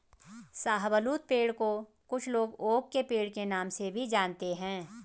शाहबलूत पेड़ को कुछ लोग ओक के पेड़ के नाम से भी जानते है